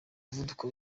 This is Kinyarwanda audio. muvuduko